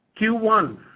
Q1